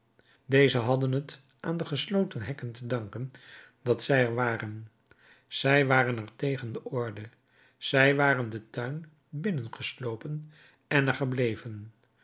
deze hadden het aan de gesloten hekken te danken dat zij er waren zij waren er tegen de orde zij waren den tuin binnengeslopen en er gebleven